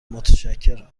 متشکرم